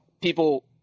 people